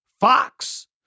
Fox